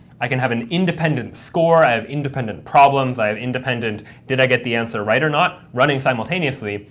i can have an independent score. i have independent problems. i have independent, did i get the answer right or not, running simultaneously.